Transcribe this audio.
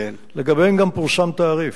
לגביהם גם פורסם תעריף.